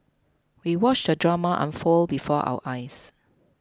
we watched the drama unfold before our eyes